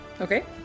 Okay